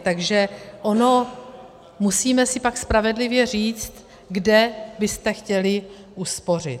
Takže ono musíme si pak spravedlivě říct, kde byste chtěli uspořit.